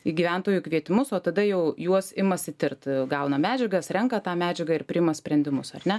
į gyventojų kvietimus o tada jau juos imasi tirt gauna medžiagas renka tą medžiagą ir priima sprendimus ar ne